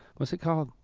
what's it called?